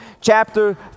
chapter